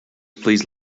please